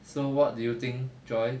so what do you think joy